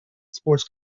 sports